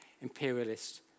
imperialist